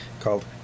called